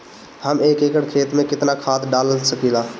हम एक एकड़ खेत में केतना खाद डाल सकिला?